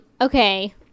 okay